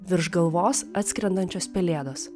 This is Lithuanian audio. virš galvos atskrendančios pelėdos